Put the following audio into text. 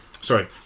sorry